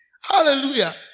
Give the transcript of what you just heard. Hallelujah